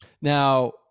Now